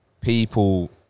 people